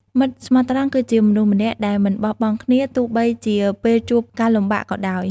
មិត្តស្មោះត្រង់គឺជាមនុស្សម្នាក់ដែលមិនបោះបង់គ្នា ទោះបីជាពេលជួបការលំបាកក៏ដោយ។